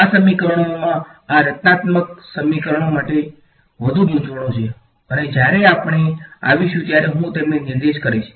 આ સમીકરણોમાં આ રચનાત્મક સમીકરણો સાથે વધુ ગૂંચવણો છે અને જ્યારે આપણે આવીશું ત્યારે હું તેમને નિર્દેશ કરીશ